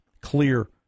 clear